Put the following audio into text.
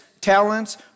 talents